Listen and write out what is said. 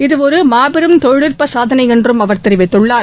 இது ஒரு மாபெரும் தொழில்நுட்ப சாதனை என்றும் அவர் தெரிவித்துள்ளார்